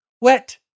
Wet